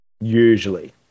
usually